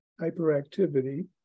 hyperactivity